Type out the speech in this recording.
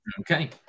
Okay